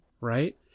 right